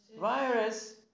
virus